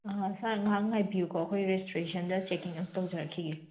ꯁꯥꯔ ꯉꯍꯥꯛ ꯉꯥꯏꯕꯤꯌꯨꯀꯣ ꯑꯩꯈꯣꯏ ꯔꯦꯖꯤꯁꯇ꯭ꯔꯦꯁꯟꯗ ꯆꯦꯀꯤꯡ ꯑꯝꯇ ꯇꯧꯖꯔꯛꯈꯤꯒꯦ